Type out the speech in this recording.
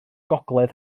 gogledd